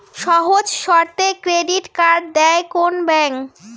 সহজ শর্তে credit card দেয় কোন ব্যাংক?